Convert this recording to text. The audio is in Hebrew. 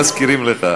מזכירים לך.